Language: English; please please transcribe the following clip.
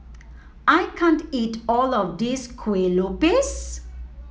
I can't eat all of this Kuih Lopes